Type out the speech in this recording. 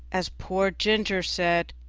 as poor ginger said,